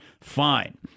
fine